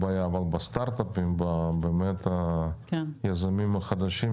עיקר הבעיה היא בסטארטאפים וביזמים החדשים.